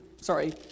sorry